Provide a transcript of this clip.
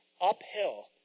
uphill